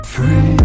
Free